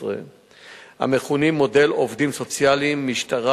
המכונים "מודל עובדים סוציאליים משטרה,